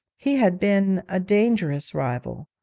he had been a dangerous rival.